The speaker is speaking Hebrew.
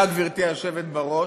תודה, גברתי היושבת בראש.